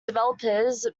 developers